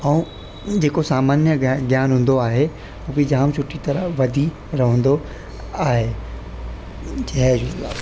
ऐं जेको सामान्य ज्ञान ज्ञान हूंदो आहे उहो बि जाम सुठी तरह वधी रहंदो आहे जय झूलेलाल